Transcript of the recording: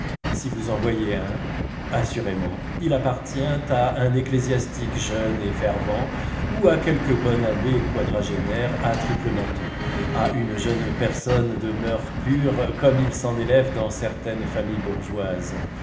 si vous en voyez un assurément il appartient à un ecclésiastique jeune et fervent ou à quelque bon abbé quadragénaire à triple menton à une jeune personne de mœurs pures comme il s'en élève dans certaines familles bourgeoises